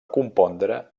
compondre